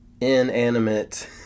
inanimate